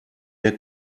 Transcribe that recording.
der